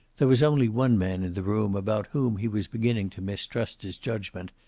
there was only one man in the room about whom he was beginning to mistrust his judgment,